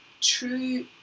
true